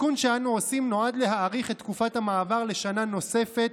התיקון שאנו עושים נועד להאריך את תקופת המעבר בשנה נוספת,